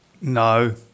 No